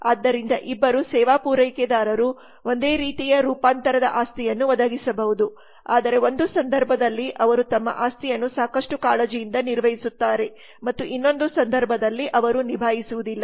ಆದ್ದರಿಂದ ಇಬ್ಬರು ಸೇವಾ ಪೂರೈಕೆದಾರರು ಒಂದೇ ರೀತಿಯ ರೂಪಾಂತರದ ಆಸ್ತಿಯನ್ನು ಒದಗಿಸಬಹುದು ಆದರೆ ಒಂದು ಸಂದರ್ಭದಲ್ಲಿ ಅವರು ತಮ್ಮ ಆಸ್ತಿಯನ್ನು ಸಾಕಷ್ಟು ಕಾಳಜಿಯಿಂದ ನಿರ್ವಹಿಸುತ್ತಾರೆ ಮತ್ತು ಇನ್ನೊಂದು ಸಂದರ್ಭದಲ್ಲಿ ಅವರು ನಿಭಾಯಿಸುವುದಿಲ್ಲ